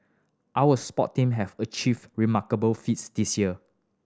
our sport team have achieved remarkable feats this year